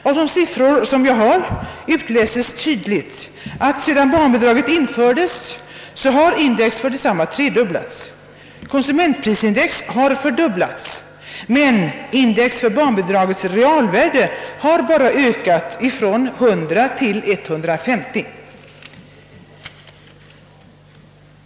Av de siffror, som jag här har lämnat, utläser man tydligt att sedan barnbidraget infördes har index för detsamma tredubblats och konsumentprisindex fördubblats men index för barnbidragets realvärde bara ökat från 100 till 150.